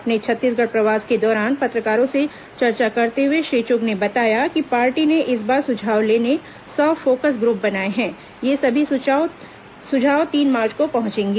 अपने छत्तीसगढ़ प्रवास के दौरान पत्रकारों से चर्चा करते हुए श्री चुग ने बताया कि पार्टी ने इस बार सुझाव लेने सौ फोकस ग्रुप बनाए हैं ये सभी सुझाव तीन मार्च को पहुंचेगे